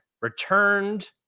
returned